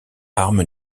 arme